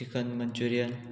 chicken manchurian